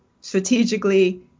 strategically